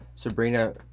Sabrina